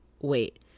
wait